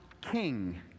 King